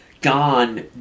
gone